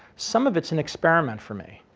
some of it's an experiment for me.